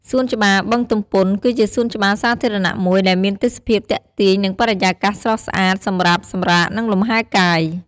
សួនច្បារបឹងទំពុន គឺជាសួនច្បារសាធារណៈមួយដែលមានទេសភាពទាក់ទាញ និងបរិយាកាសស្រស់ស្អាតសម្រាប់សម្រាក និងលំហែកាយ។